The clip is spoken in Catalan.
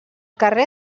carrer